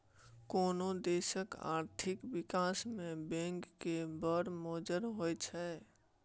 कोनो देशक आर्थिक बिकास मे बैंक केर बड़ मोजर होइ छै